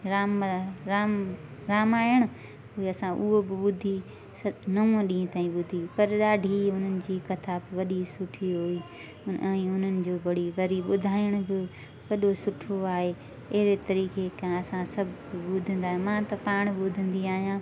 राम राम रामायण असां उओ बि ॿुधी नव ॾींहुं ताईं ॿुधी पर ॾाढी हुननि जी कथा वॾी सुठी हुई ऐं उन्हनि जो वड़ी वरी ॿुधाइण बि वॾो सुठो आहे अहिड़े तरीक़े खां असां सभु ॿुधंदा आहियूं मां त पाण ॿुधंदी आहियां